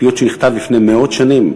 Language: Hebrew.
פיוט שנכתב לפני מאות שנים,